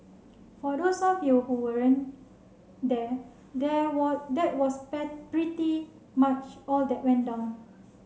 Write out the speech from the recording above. for those of you who weren't there there were that was pretty much all that went down